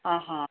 ଅ ହଁ